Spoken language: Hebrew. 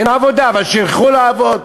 אין עבודה, אבל שילכו לעבוד.